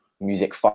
music